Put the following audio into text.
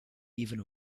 even